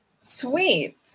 Sweet